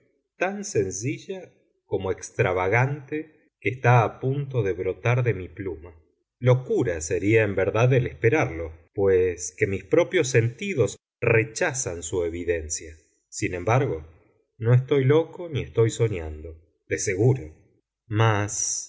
tan sencilla como extravagante que está a punto de brotar de mi pluma locura sería en verdad el esperarlo pues que mis propios sentidos rechazan su evidencia sin embargo no estoy loco ni estoy soñando de seguro mas